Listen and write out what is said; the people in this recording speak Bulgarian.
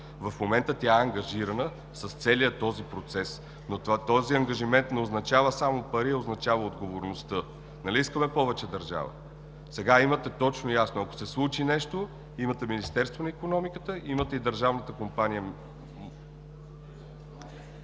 В момента тя е ангажирана с целия този процес, но този ангажимент не означава само пари, а означава отговорност. Нали искаме повече държава? Сега имате точно и ясно – ако се случи нещо, имате Министерството на икономиката, имате и държавната компания.